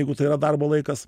jeigu tai yra darbo laikas